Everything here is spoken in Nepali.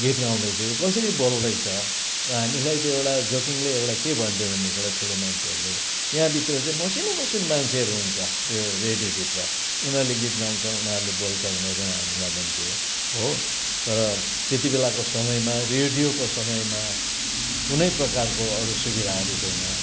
गीत गाउँदैछ यो कसरी बोल्दैछ र हामीलाई त्यो एउटा जोकिङ्गले एउटा के भन्थ्यो भनेदेखिलाई ठुलो मान्छेहरूले यहाँभित्र चाहिँ मसिनो मसिनो मान्छेहरू हुन्छ यो रेडियोभित्र उनीहरूले गीत गाउँछ उनीहरूले बोल्छ भनेर हामीलाई भन्थ्यो हो तर त्यति बेलाको समयमा रेडियोको समयमा कुनै प्रकारको अरू सुविधाहरू थिएन